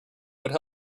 would